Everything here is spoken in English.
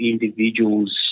individual's